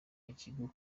ikigo